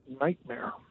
Nightmare